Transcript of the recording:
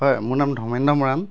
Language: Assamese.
হয় মোৰ নাম ধৰ্মেন্দ্ৰ মৰাণ